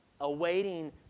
awaiting